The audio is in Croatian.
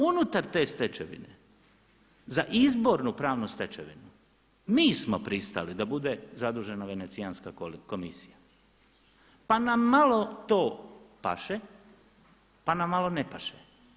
Unutar te stečevine za izbornu pravnu stečevinu mi smo pristali da bude zadužena Venecijanska komisija, pa nam malo to paše, pa nam malo ne paše.